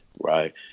Right